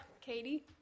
Katie